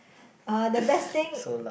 uh the best thing